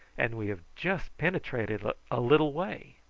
and we have just penetrated a little way.